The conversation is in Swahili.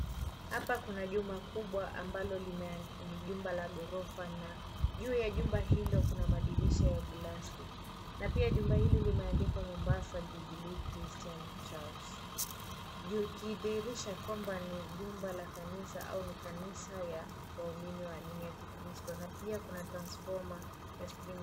Hapa kuna jumba kubwa ambalo ni jumba la gorofa, na juu ya jumba hilo kuna madirisha ya glasi, na pia jumba hilo limeandikwa Mombasa Jubilee Christian Church juu, ikidhihirisha kwamba ni jumba la kanisa ama kanisa ya waumini wa dini ya Kikristo, na pia kuna transfoma ya stima.